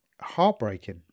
heartbreaking